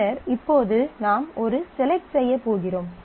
பின்னர் இப்போது நாம் ஒரு செலக்ட் செய்யப் போகிறோம்